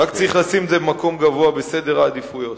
רק צריך לשים את זה במקום גבוה בסדר העדיפויות.